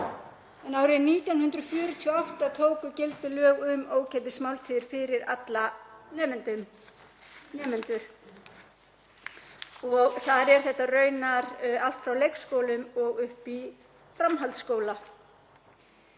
en árið 1948 tóku gildi lög um ókeypis máltíðir fyrir alla nemendur og þar er þetta raunar allt frá leikskólum og upp í framhaldsskóla.